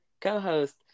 co-host